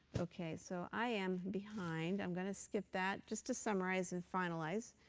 ok. so i am behind. i'm going to skip that, just to summarize and finalize.